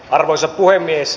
arvoisa puhemies